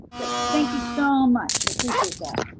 like thank you so much, i appreciate that.